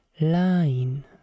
line